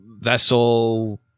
vessel